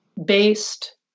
Based